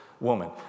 woman